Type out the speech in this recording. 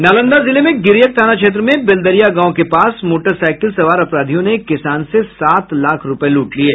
नालंदा जिले में गिरियक थाना क्षेत्र में बेलदरिया गांव के पास मोटरसाईकिल सवार अपराधियों ने एक किसान से सात लाख रूपये लूट लिये